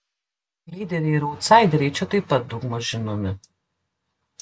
lyderiai ir autsaideriai čia taip pat daugmaž žinomi